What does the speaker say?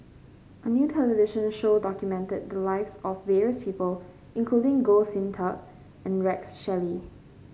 a new television show documented the lives of various people including Goh Sin Tub and Rex Shelley